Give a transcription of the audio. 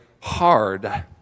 hard